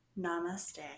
Namaste